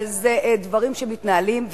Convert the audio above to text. אבל אלה דברים שמתנהלים,